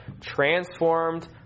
Transformed